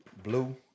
Blue